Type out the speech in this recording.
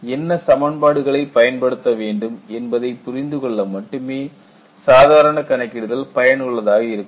என்ன சமன்பாடுகளைப் பயன்படுத்த வேண்டும் என்பதைப் புரிந்துகொள்ள மட்டுமே சாதாரண கணக்கிடுதல் பயனுள்ளதாக இருக்கும்